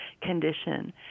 condition